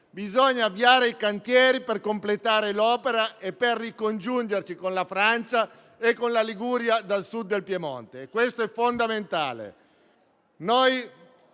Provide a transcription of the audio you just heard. Bisogna avviare i cantieri per completare l'opera e per ricongiungerci con la Francia e con la Liguria dal Sud del Piemonte: è fondamentale.